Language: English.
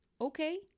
Okay